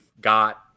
got